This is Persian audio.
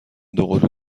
دوقلو